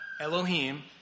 Elohim